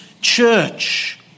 Church